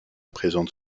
présente